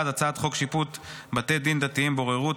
1. הצעת חוק שיפוט בתי דין דתיים (בוררות),